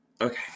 Okay